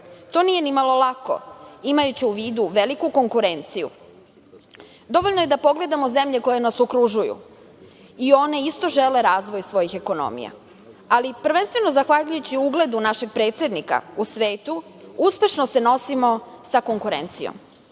To nije ni malo lako imajući u vidu veliku konkurenciju. Dovoljno je da pogledamo zemlje koje nas okružuju, i one isto žele razvoj svojih ekonomija, ali prvenstveno zahvaljujući ugled u našeg predsednika u svetu uspešno se nosimo sa konkurencijom. Grade